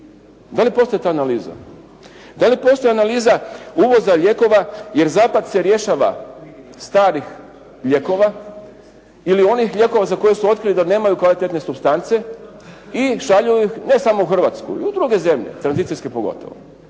Da li postoji ta analiza? Da li postoji analiza uvoza lijekova, jer zapada je rješava starih lijekova, ili onih lijekova za koje su otkrili da nemaju kvalitetne supstance, i šalju ih, ne samo u Hrvatsku i u druge zemlje tranzicijske pogotovo.